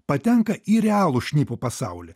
patenka į realų šnipų pasaulį